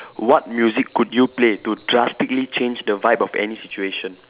what music could you play to drastically change the vibe of any situation